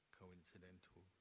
coincidental